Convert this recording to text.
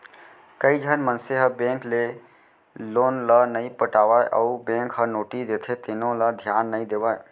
कइझन मनसे ह बेंक के लोन ल नइ पटावय अउ बेंक ह नोटिस देथे तेनो ल धियान नइ देवय